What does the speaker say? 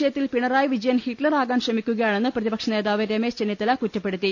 ശബരിമല വിഷയത്തിൽ പിണറായി വിജയൻ ഹിറ്റ്ലർ ആകാൻ ശ്രമിക്കുകയാണെന്ന് പ്രതിപക്ഷ നേതാവ് രമേശ് ചെന്നി ത്തല കുറ്റപ്പെടുത്തി